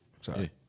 Sorry